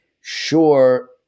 sure